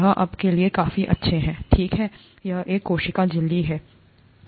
यह अब के लिए काफी अच्छा है ठीक है यह एक कोशिका झिल्ली है